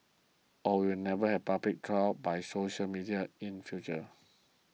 or we will never have public trials by social media in future